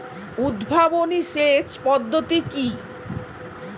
উদ্ভাবনী সেচ পদ্ধতি কি?